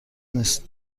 نیست